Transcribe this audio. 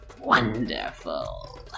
Wonderful